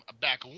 back